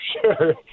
sure